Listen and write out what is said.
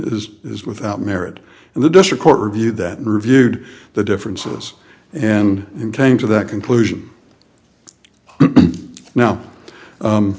as is without merit and the district court review that reviewed the differences and and came to that conclusion now